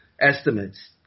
estimates